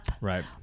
right